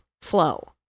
flow